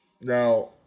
Now